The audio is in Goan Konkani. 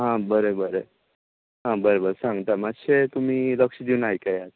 आं बरे बरे आं बरे बरे सांगता मात्शे तुमी लक्ष दिवन आयकयात